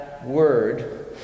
Word